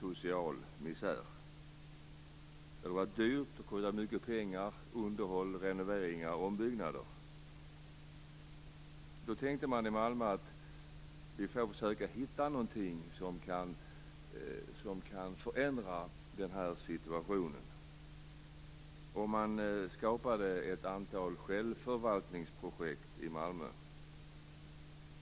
Det har varit dyrt och kostat mycket pengar i underhåll, renoveringar och ombyggnader. Då tänkte man i Malmö att man skulle försöka hitta någonting som kunde förändra situationen. Man skapade ett antal självförvaltningsprojekt i Malmö.